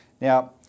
Now